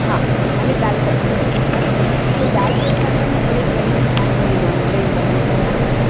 હા અને દાલ તડકા બરાબર તો દાલ તડકા પણ આપણે જૈન અને નોન જૈન બંને કરવાની છે